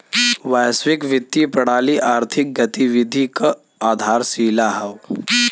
वैश्विक वित्तीय प्रणाली आर्थिक गतिविधि क आधारशिला हौ